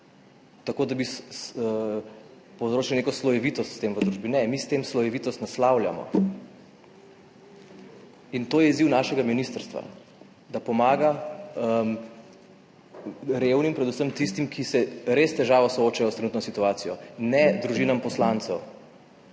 tako, da bi povzročili s tem neko slojevitost v družbi. Ne, mi s tem slojevitost naslavljamo. To je izziv našega ministrstva, da pomaga revnim, predvsem tistim, ki se res s težavo soočajo s trenutno situacijo, ne družinam poslancev.